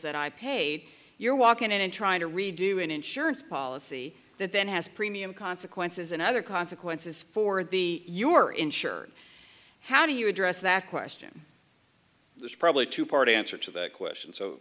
that i paid you're walking in and trying to redo an insurance policy that then has premium consequences and other consequences for the you are insured how do you address that question there's probably two part answer to that question so